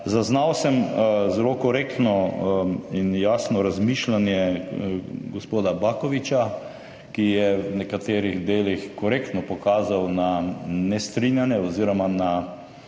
Zaznal sem zelo korektno in jasno razmišljanje gospoda Bakovića, ki je v nekaterih delih korektno pokazal na nestrinjanje oziroma na